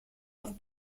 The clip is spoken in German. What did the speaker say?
auf